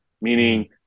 Meaning